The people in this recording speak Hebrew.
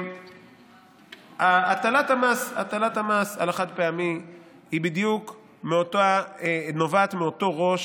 הטלת המס על החד-פעמי נובעת בדיוק מאותו ראש